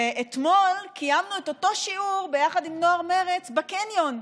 אתמול קיימנו את אותו שיעור ביחד עם נוער מרצ בקניון.